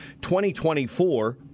2024